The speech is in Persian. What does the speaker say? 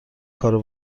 کارو